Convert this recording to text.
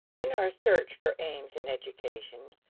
in our search for aims in education,